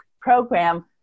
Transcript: program